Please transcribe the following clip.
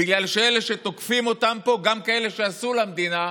בגלל שאלה שתוקפים אותם פה, גם כאלה שעשו למדינה,